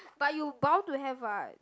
but you bound to have what